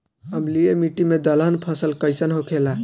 अम्लीय मिट्टी मे दलहन फसल कइसन होखेला?